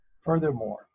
Furthermore